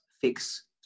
fix